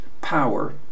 power